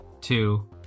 two